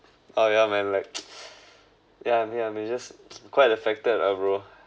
oh ya man like ya ya may just quite affected ah bro